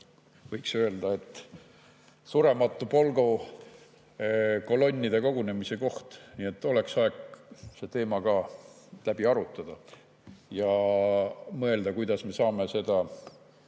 võiks öelda, Surematu Polgu kolonnide kogunemise koht. Nii et oleks aeg see teema läbi arutada ja mõelda, kuidas me saame seda